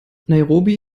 nairobi